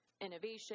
innovation